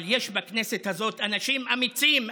אבל יש בכנסת הזאת אנשים אמיצים.